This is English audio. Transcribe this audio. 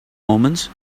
omens